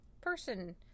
person